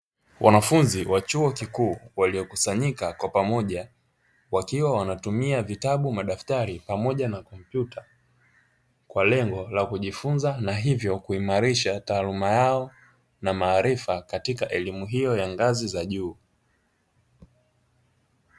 Wanafunzi wa chuo kikuu wamekusanyika kwa pamoja wakiwa wanatumia vitabu, daftari pamoja na kompyuta kwa lengo la kujifunza na hivyo kuimalisha taaluma yao na maarifa katika elimu hiyo ya ngazi za juu.